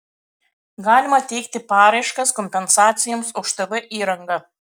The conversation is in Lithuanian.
galima teikti paraiškas kompensacijoms už tv įrangą